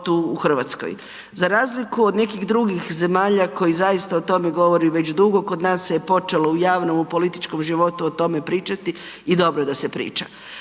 u Hrvatskoj. Za razliku od nekih drugih zemalja koje zaista o tome govori već dugo, kod nas se počelo u javnom, u političkom životu o tome pričati i dobro da se priča.